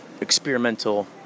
experimental